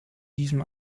diesem